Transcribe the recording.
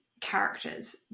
characters